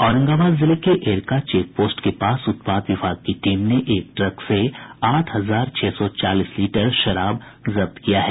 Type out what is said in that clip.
औरंगाबाद जिले के एरका चेकपोस्ट के पास उत्पाद विभाग की टीम ने एक ट्रक से आठ हजार छह सौ चालीस लीटर शराब जब्त किया है